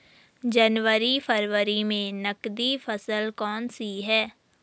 जनवरी फरवरी में नकदी फसल कौनसी है?